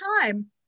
time